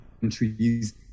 countries